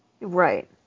Right